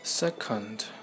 Second